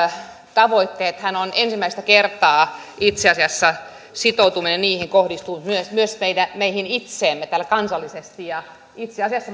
tavoitteethan ovat ensimmäistä kertaa itse asiassa sitoutuminen niihin kohdistuneet myös myös meihin itseemme täällä kansallisesti itse asiassa